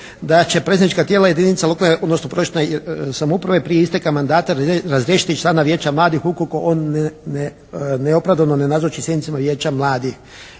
da će predstavnička tijela jedinica lokalne odnosno područne samouprave prije isteka mandata razriješiti člana Vijeća mladih ukoliko on neopravdano ne nazoči sjednicama Vijeća mladih.